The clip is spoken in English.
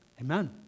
Amen